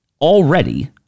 already